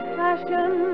passion